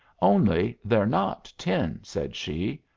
only they're not tin, said she.